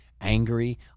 angry